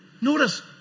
Notice